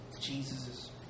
Jesus